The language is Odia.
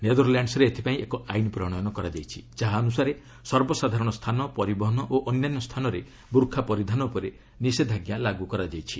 ନେଦର୍ଲ୍ୟାଣ୍ଡସ୍ରେ ଏଥିପାଇଁ ଏକ ଆଇନ ପ୍ରଣୟନ କରାଯାଇଛି ଯାହା ଅନୁସାରେ ସର୍ବସାଧାରଣ ସ୍ଥାନ ପରିବହନ ଓ ଅନ୍ୟାନ୍ୟ ସ୍ଥାନରେ ବୁର୍ଖା ପରିଧାନ ଉପରେ ନିଷେଧାଜ୍ଞା ଲାଗୁ କରାଯାଇଛି